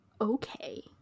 okay